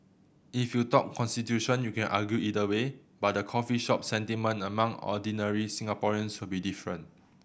if you talk constitution you can argue either way but the coffee shop sentiment among ordinary Singaporeans will be different